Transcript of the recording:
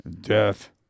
Death